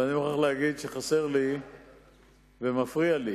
ואני מוכרח להגיד שחסר לי ומפריע לי